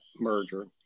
merger